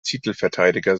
titelverteidiger